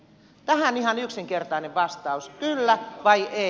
tähän ihan yksinkertainen vastaus kyllä vai ei